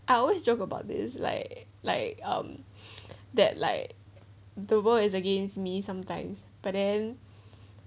I always joke about this like like um that like the world is against me sometimes but then